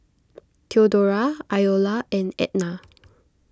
theodora Iola and Ednah